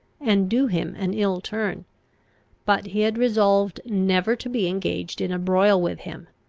and do him an ill turn but he had resolved never to be engaged in a broil with him,